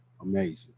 amazing